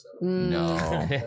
No